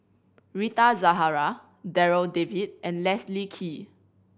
Rita Zahara Darryl David and Leslie Kee